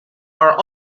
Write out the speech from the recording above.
are